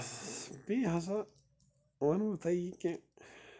بیٚیہِ ہسا ونہٕ ہو تۅہہِ یہِ کہِ